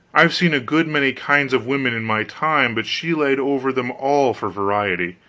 i have seen a good many kinds of women in my time, but she laid over them all for variety.